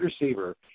receiver